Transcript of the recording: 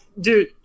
dude